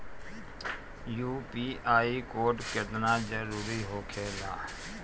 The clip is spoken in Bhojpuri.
यू.पी.आई कोड केतना जरुरी होखेला?